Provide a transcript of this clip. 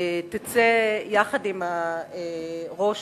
תצא יחד עם הראש